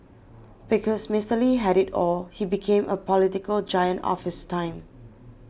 because Mister Lee had it all he became a political giant of his time